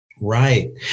Right